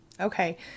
okay